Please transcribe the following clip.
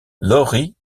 lori